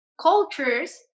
cultures